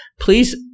please